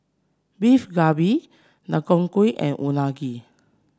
Beef Galbi Deodeok Gui and Unagi